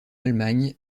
allemagne